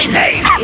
name